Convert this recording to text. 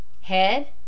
Head